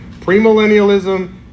premillennialism